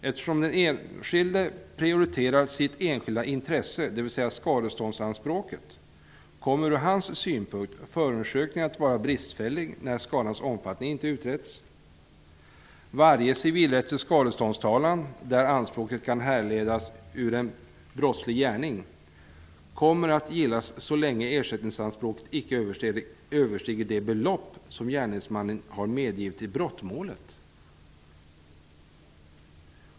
Eftersom den enskilde prioriterar sitt enskilda intresse, dvs. skadeståndsanspråket, kommer från hans synpunkt förundersökningen att vara bristfällig när skadans omfattning inte utretts. Varje civilrättslig skadeståndstalan, där anspråket kan härledas ur en brottslig gärning, kommer att gillas så länge ersättningsanspråket icke överstiger det belopp som gärningsmannen har medgivit i brottmålet.